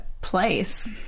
place